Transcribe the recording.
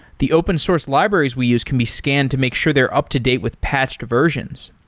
the open source libraries we use can be scanned to make sure they're up to date with patched versions.